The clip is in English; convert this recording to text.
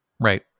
Right